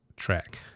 Track